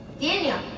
Daniel